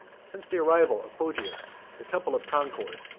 since the arrival of poggius, the temple of concord,